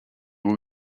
will